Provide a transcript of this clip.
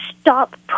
stop